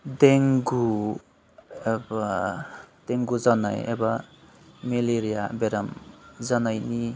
देंगु बा देंगु जानाय एबा मेलेरिया बेराम जानायनि